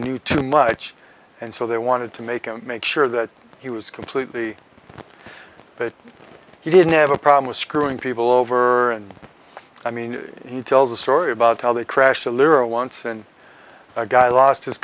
knew too much and so they wanted to make him make sure that he was completely but he didn't have a problem with screwing people over and i mean he tells a story about how they crash a lire once and a guy lost his